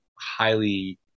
highly